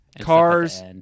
Cars